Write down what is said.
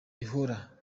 ihora